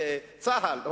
זה צה"ל,